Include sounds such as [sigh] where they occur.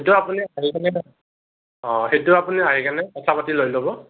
কিন্তু আপুনি আহি [unintelligible] অ' সেইটো আপুনি আহিকেনে কথা পাতি লৈ ল'ব